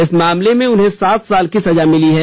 इस मामले में उन्हें सात साल की सजा मिली है